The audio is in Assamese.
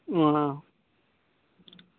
অঁ